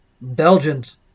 Belgians